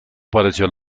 apareció